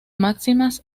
máximas